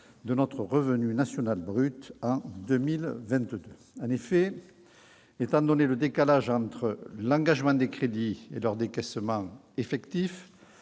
de notre revenu national brut, ou RNB, en 2022. En effet, étant donné le décalage entre l'engagement des crédits et leur décaissement effectif,